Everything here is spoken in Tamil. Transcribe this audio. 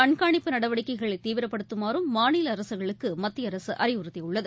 கண்காணிப்பு நடவடிக்கைகளை தீவிரப்படுத்துமாறும் மாநில அரசுகளுக்கு மத்திய அரசு அறிவுறுத்தியுள்ளது